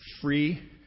free